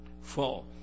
fall